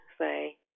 say